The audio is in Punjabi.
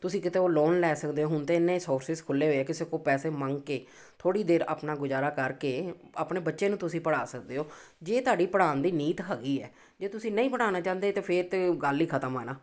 ਤੁਸੀਂ ਕਿਤੋਂ ਲੋਨ ਲੈ ਸਕਦੇ ਹੁਣ ਤਾਂ ਸੋਰਸਿਸ ਖੁੱਲ੍ਹੇ ਹੋਏ ਕਿਸੇ ਕੋਲ ਪੈਸੇ ਮੰਗ ਕੇ ਥੋੜ੍ਹੀ ਦੇਰ ਆਪਣਾ ਗੁਜ਼ਾਰਾ ਕਰਕੇ ਆਪਣੇ ਬੱਚੇ ਨੂੰ ਤੁਸੀਂ ਪੜ੍ਹਾ ਸਕਦੇ ਹੋ ਜੇ ਤੁਹਾਡੀ ਪੜ੍ਹਾਉਣ ਦੀ ਨੀਤ ਹੈਗੀ ਹੈ ਜੇ ਤੁਸੀਂ ਨਹੀਂ ਪੜ੍ਹਾਉਣਾ ਚਾਹੁੰਦੇ ਤਾਂ ਫਿਰ ਤਾਂ ਗੱਲ ਹੀ ਖ਼ਤਮ ਆ ਨਾ